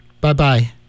Bye-bye